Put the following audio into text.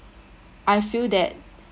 I feel that